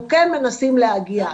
אנחנו כן מנסים להגיע,